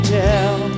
tell